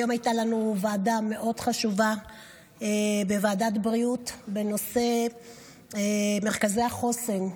היום הייתה לנו ועדה מאוד חשובה בוועדת הבריאות בנושא מרכזי החוסן.